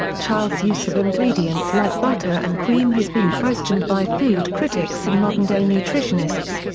child's use of ingredients like butter and cream has been questioned by food critics and modern-day nutritionists.